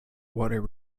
water